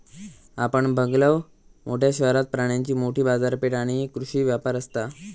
आपण बघलव, मोठ्या शहरात प्राण्यांची मोठी बाजारपेठ आणि कृषी व्यापार असता